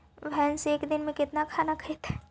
भैंस एक दिन में केतना खाना खैतई?